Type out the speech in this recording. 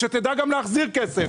שתדע גם להחזיר כסף.